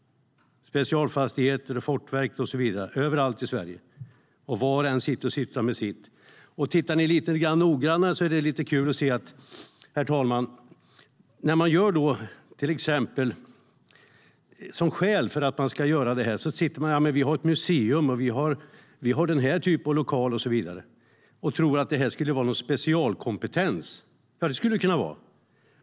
Specialfastigheter, Fortifikationsverket och så vidare finns överallt i Sverige, och var och en sysslar med sitt. Tittar man lite noggrannare är det lite kul att se, herr talman: Som skäl för att de ska göra det sägs det till exempel att man har ett museum eller har en viss typ av lokaler och så vidare och tror att det skulle vara någon specialkompetens. Ja, det skulle det kunna vara.